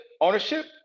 ownership